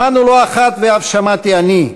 שמענו לא אחת, ואף שמעתי אני,